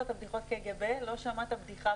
את הבדיחות קג"ב לא שמעת בדיחה מימיך.